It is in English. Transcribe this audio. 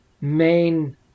main